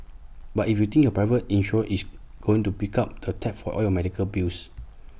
but if you think your private insurer is going to pick up the tab for all your medical bills